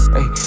Hey